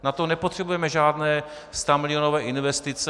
Na to nepotřebujeme žádné stamilionové investice.